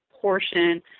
portion